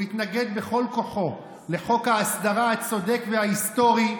הוא התנגד בכל כוחו לחוק ההסדרה הצודק וההיסטורי,